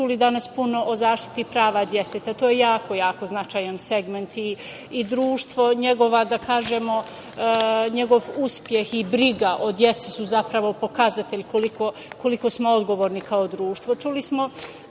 čuli danas puno o zaštiti prava deteta. To je jako, jako značajan segment i društvo, njegov uspeh i briga o deci su zapravo pokazatelji koliko smo odgovorni kao društvo. Čuli smo